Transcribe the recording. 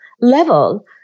level